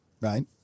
right